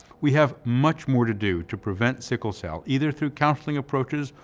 we have much more to do to prevent sickle cell, either through counseling approaches,